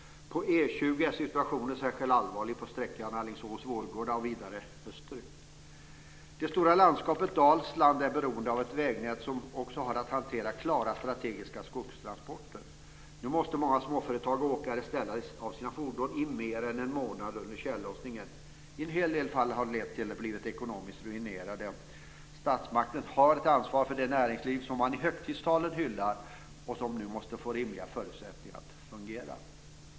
På E 20 är situationen särskilt allvarlig på sträckan Alingsås-Vårgårda och vidare österut. Det stora landskapet Dalsland är beroende av ett vägnät som också har att hantera klara strategiska skogstransporter. Nu måste många småföretag och åkare ställa av sina fordon i mer än en månad under tjällossningen. I en hel del fall har det lett till att de blivit ekonomiskt ruinerade. Statsmakten har ett ansvar för det näringsliv som man i högtidstalen hyllar och som nu måste få rimliga förutsättningar att fungera.